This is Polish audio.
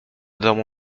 domu